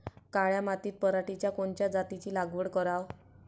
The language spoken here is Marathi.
काळ्या मातीत पराटीच्या कोनच्या जातीची लागवड कराव?